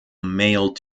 male